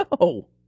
No